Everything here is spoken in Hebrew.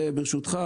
ברשותך,